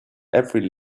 every